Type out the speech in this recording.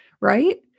Right